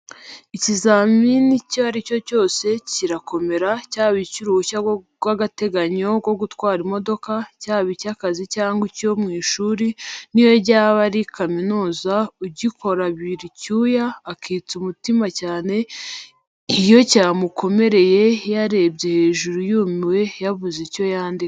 Ikizamini icyo ari cyo cyose kirakomera, cyaba icy'uruhushya rw'agateganyo rwo gutwara imodoka, cyaba icy'akazi cyangwa icyo mu ishuri n'iyo ryaba ari kaminuza, ugikora abira icyuya, akitsa umutima cyane iyo cyamukomereye, yarebye hejuru yumiwe, yabuze icyo yandika.